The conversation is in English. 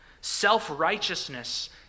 Self-righteousness